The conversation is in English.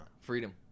Freedom